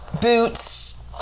boots